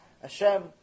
Hashem